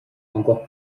encore